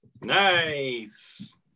Nice